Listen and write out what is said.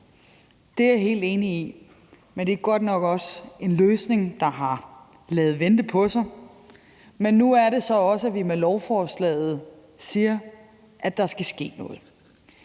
Det er jeg helt enig i. Det er godt nok også en løsning, der har ladet vente på sig, men nu er det så også, at vi med lovforslaget siger, at der skal ske noget.